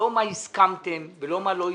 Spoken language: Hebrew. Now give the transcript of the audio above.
לא מה הסכמתם ולא מה לא הסכמתם,